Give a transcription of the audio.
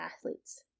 athletes